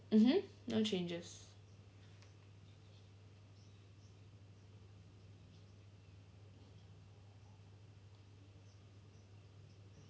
mmhmm no changes